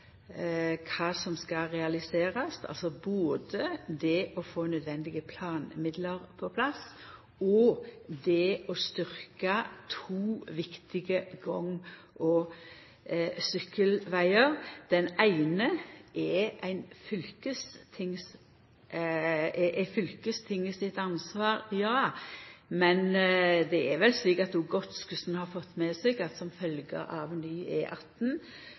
å få nødvendige planmidlar på plass og det å styrkja to viktige gang- og sykkelvegar. Det eine er fylkestinget sitt ansvar – ja – men det er vel slik at òg Godskesen har fått med seg at som følgje av ny